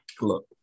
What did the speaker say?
Look